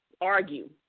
argue